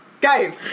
guys